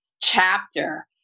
chapter